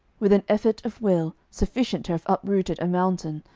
with an effort of will sufficient to have uprooted a mountain,